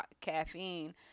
caffeine